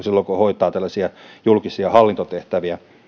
silloin kun hoitaa tällaisia julkisia hallintotehtäviä